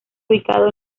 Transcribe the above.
ubicado